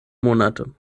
monate